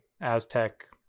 Aztec